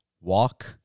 walk